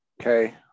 Okay